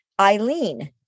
Eileen